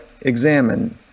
examine